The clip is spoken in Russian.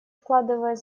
вкладывает